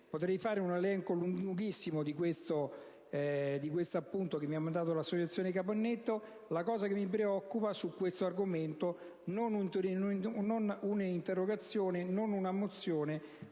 Potrei fare un elenco lunghissimo dell'appunto che mi ha mandato l'associazione "Antonino Caponnetto". La cosa che mi preoccupa su questo argomento è che non vi è né un'interrogazione, né una mozione,